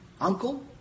uncle